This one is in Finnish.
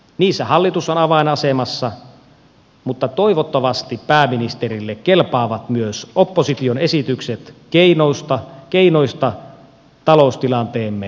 niissä hallitus on avainasemassa mutta toivottavasti pääministerille kelpaavat myös opposition esitykset keinoista taloustilanteemme parantamiseksi